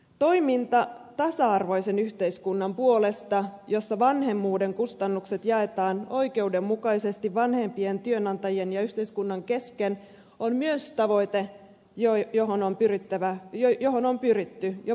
toiminta tasa arvoisen yhteiskunnan puolesta jossa vanhemmuuden kustannukset jaetaan oikeudenmukaisesti vanhempien työnantajien ja yhteiskunnan kesken on myös tavoite joi johon on pyrittävä ja johon on pyritty jo pitkään